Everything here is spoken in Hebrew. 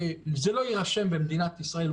שזה לא יירשם במדינת ישראל,